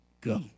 go